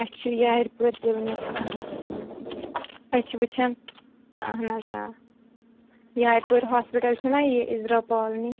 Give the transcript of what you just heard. اَسہِ چھُ Yaripora clinic أسۍ چھِ وُچھان اَہَن حظ آ یارِ پوٗرِ ہاسپٕٹل چھُنا یہِ اِزرا کالونی